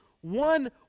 one